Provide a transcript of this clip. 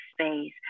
space